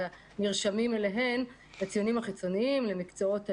לציונים החיצוניים במקצועות הליב"ה,